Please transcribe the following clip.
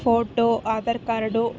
photo Aadhaar card